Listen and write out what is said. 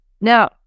Now